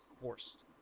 forced